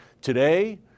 today